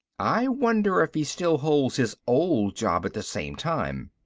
i wonder if he still holds his old job at the same time.